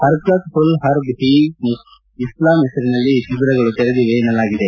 ಹರ್ಕತ್ ಉಲ್ ಹರ್ಬ್ ಇ ಇಸ್ಲಾಂ ಹೆಸರಿನಲ್ಲಿ ಈ ಶಿಬಿರಗಳು ತೆರೆದಿವೆ ಎನ್ನಲಾಗಿದೆ